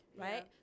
right